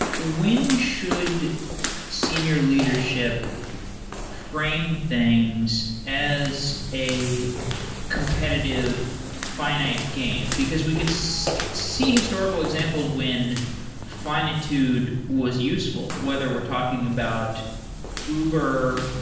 when should senior leadership frame things as a competitive finite game? because we see see historical examples when finitude was useful, whether we're talking about uber,